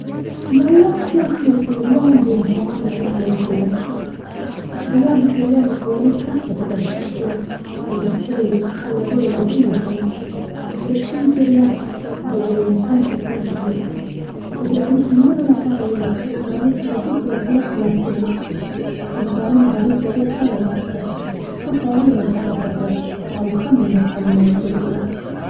یو وخت یو شمېر پېریان د انسانانو په نړۍ کې ورک شول. د یادو پېریانو کورنۍ سخته په تشویش کې وه او د خپلو ورکو شویو غړیو لټون یې کاوه. ورک شوي پېریان د یوه انسان په کور کې و، خو د اړېکې نیولو لپاره یې له خپلې کورنۍ سره هېڅ وسیله په لاس کې نه وه. انسانانو هغوی ته ډېر قدر ورکړ. ښه خواړه یې ورته پاخه کړل او ښه مېلمه پالنه یې ترې وکړه.